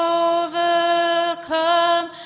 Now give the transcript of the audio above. overcome